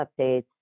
updates